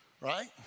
right